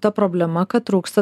ta problema kad trūksta